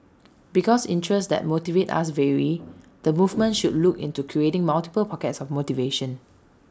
because interests that motivate us vary the movement should look into creating multiple pockets of motivation